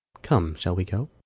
come, shall we go?